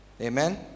amen